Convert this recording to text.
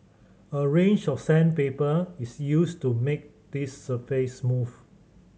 a range of sandpaper is used to make this surface smooth